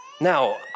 Now